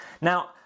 Now